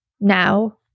Now